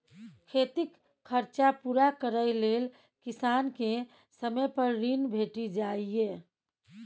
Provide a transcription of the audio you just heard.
खेतीक खरचा पुरा करय लेल किसान केँ समय पर ऋण भेटि जाइए